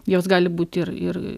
jos gali būt ir ir